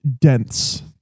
dense